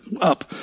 up